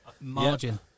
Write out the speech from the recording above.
margin